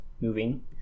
moving